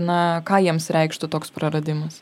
na ką jiems reikštų toks praradimas